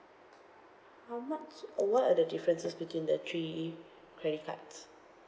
how much uh what are the differences between the three credit cards